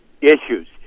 issues